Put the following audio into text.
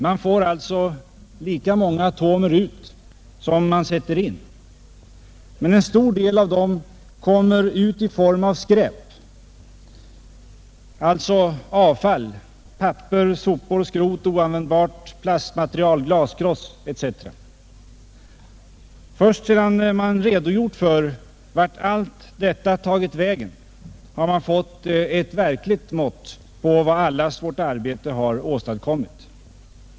Man får alltså lika många atomer ut som man sätter in, men en stor del av dem kommer ut i form av skräp, alltså avfall, papper, sopor, skrot och oanvändbart plastmaterial, glaskross etc. Först sedan man redogjort för vart allt detta tagit vägen har man fått ett verkligt mått på vad allas vårt arbete har åstadkommit.